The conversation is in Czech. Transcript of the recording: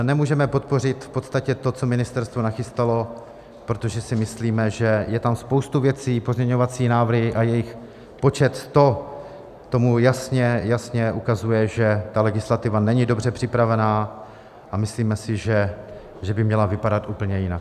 Nemůžeme podpořit v podstatě to, co ministerstvo nachystalo, protože si myslíme, že je tam spoustu věcí, pozměňovací návrhy a jejich počet sto tomu jasně, jasně ukazuje, že ta legislativa není dobře připravená, a myslíme si, že by měla vypadat úplně jinak.